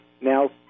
now